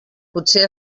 potser